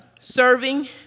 serving